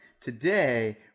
today